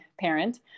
parent